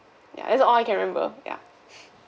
ya that's all I can remember ya